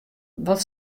wat